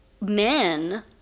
men